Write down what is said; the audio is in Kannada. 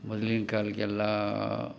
ಮೊದ್ಲಿನ ಕಾಲಕ್ಕೆಲ್ಲಾ